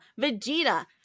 Vegeta